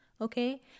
okay